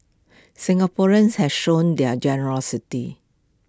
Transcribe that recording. Singaporeans have shown their generosity